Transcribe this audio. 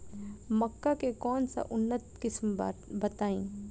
मक्का के कौन सा उन्नत किस्म बा बताई?